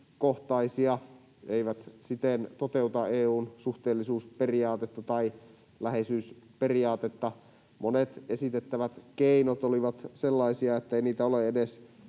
eivätkä siten toteuta EU:n suhteellisuusperiaatetta tai läheisyysperiaatetta. Monet esitetyt keinot olivat sellaisia, ettei niitä ole edes teknisesti,